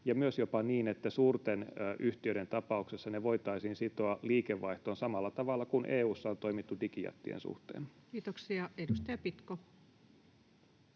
myös jopa niin, että suurten yhtiöiden tapauksessa ne voitaisiin sitoa liikevaihtoon samalla tavalla kuin EU:ssa on toimittu digijättien suhteen? [Speech 308]